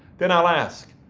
then i'll ask,